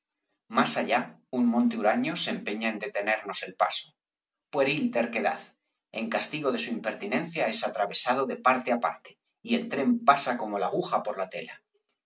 más allá un monte huraño se empeña en detenernos el paso pueril terquedad en castigo de su impertinencia es atravesado de parte á parte y el tren pasa como la aguja por la tela